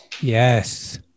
Yes